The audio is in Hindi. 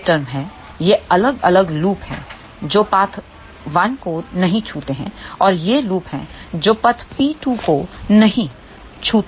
ये टर्म हैं येअलग अलग लूप हैं जो पथ 1 को नहीं छूते हैं और ये लूप हैं जो पथ पी 2 को नहीं छूते हैं